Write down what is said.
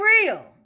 real